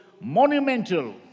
monumental